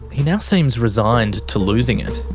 he now seems resigned to losing it.